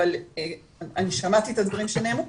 אבל אני שמעתי את הדברים שנאמרו.